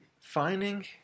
finding